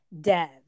Dev